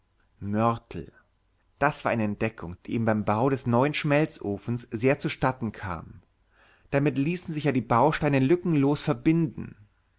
mörtel das war eine entdeckung die ihm beim bau des neuen schmelzofens sehr zustatten kam damit ließen sich ja die bausteine lückenlos verbinden